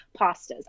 pastas